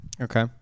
Okay